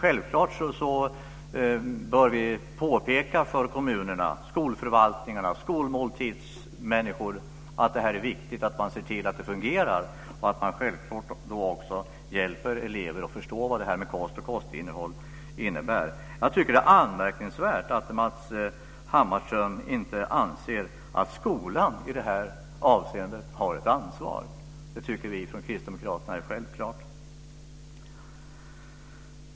Självfallet bör vi påpeka för kommuner, skolförvaltningar och skolmåltidspersonal att det är viktigt att se till att det fungerar och att hjälpa elever att förstå vad frågor om kost och kostinnehåll innebär. Det är anmärkningsvärt att Matz Hammarström inte anser att skolan har ett ansvar i det här avseendet. Vi från Kristdemokraterna tycker att det är självklart.